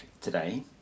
today